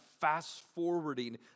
fast-forwarding